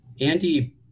Andy